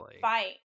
fight